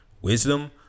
wisdom